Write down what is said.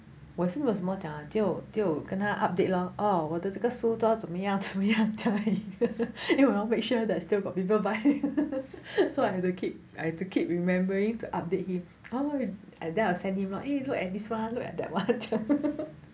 我也是没有什么讲啊只有只有跟他 update lor oh 我的这个书做到怎么样怎么样这样而已 因为我要 make sure that still got people buy so I have to keep I have to keep remembering to update him then I'll send him err eh look at this one look at that one